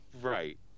Right